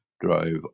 drive